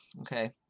okay